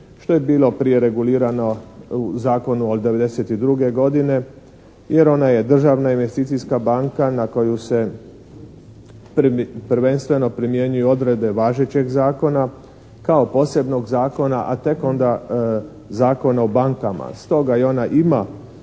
što je bilo prije regulirano u Zakonu od 92. godine. Jer ona je državna investicijska banka na koju se prvenstveno primjenjuju odredbe važećeg Zakona kao posebnog zakona, a tek onda Zakona o bankama. Stoga i ona ima